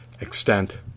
extent